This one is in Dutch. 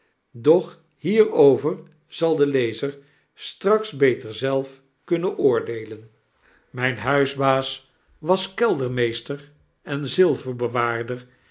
doch hierover zal de lezer straks beter zelf kunnen oordeelen mijn huisbaas was keldermeester en